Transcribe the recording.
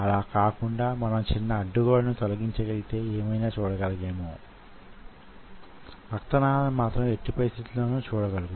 actin myosin ల యొక్క sliding కదలిక వొక దాని మీద మరొక దాని కదలిక కండరాల పని వంటిది